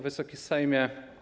Wysoki Sejmie!